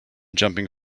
jumping